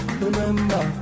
remember